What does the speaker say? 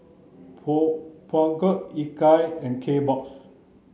Peugeot Ikea and Kbox